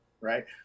Right